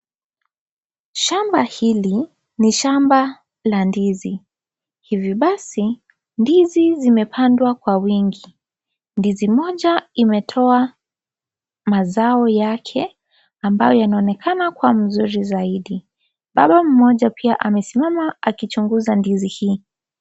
Shamba hili ni shamba la ndizi. Hivi basi ndizi zimepandwa kwa wingi. Ndizi moja imetoa mazao yake ambayo yanaonekana kuwa mzuri zaidi. Baba mmoja pia amesema akichunguza ndizi hii.